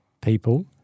people